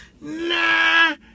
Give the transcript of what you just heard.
Nah